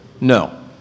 No